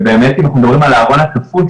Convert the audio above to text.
ובאמת אם אנחנו מדברים על הארון הכפול,